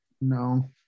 No